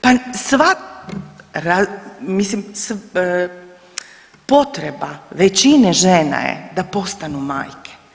Pa svak, mislim potreba većine žena je da postanu majke.